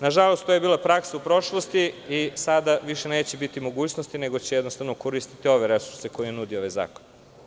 Nažalost to je bila praksa u prošlosti i sada više neće biti mogućnosti, nego će koristiti ove resurse koje nudi ovaj zakon.